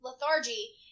lethargy